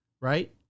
right